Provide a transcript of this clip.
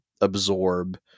absorb